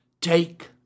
Take